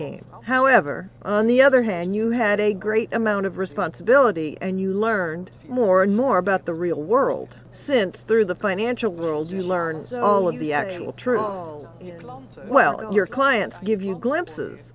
game however on the other hand you had a great amount of responsibility and you learned more and more about the real world since through the financial world you learned all of the actual true oh well your clients give you glimpses